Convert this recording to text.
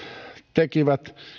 tekivät